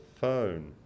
phone